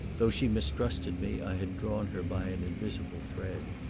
though she mistrusted me, i had drawn her by an invisible thread.